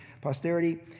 posterity